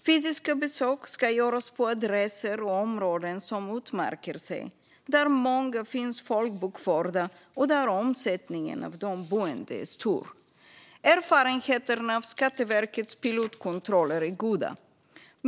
Fysiska besök ska göras på de adresser och i de områden som utmärker sig genom att många finns folkbokförda och omsättningen av de boende är stor. Erfarenheterna av Skatteverkets pilotkontroller är goda.